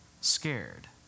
scared